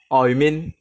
orh you mean